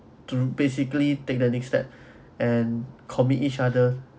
to basically take the next step and commit each other